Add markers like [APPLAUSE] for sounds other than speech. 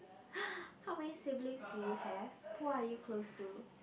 [BREATH] how many siblings do you have who are you close to